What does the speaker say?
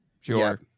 Sure